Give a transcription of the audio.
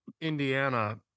Indiana